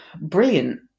brilliant